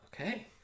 Okay